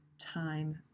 time